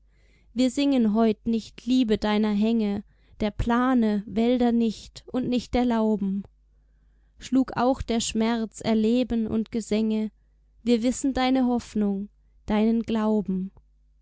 wir singen heut nicht liebe deiner hänge der plane wälder nicht und nicht der lauben schlug auch der schmerz erleben und gesänge wir wissen deine hoffnung deinen glauben